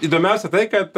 įdomiausia tai kad